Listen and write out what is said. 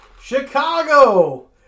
Chicago